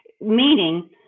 meaning